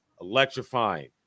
electrifying